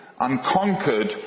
unconquered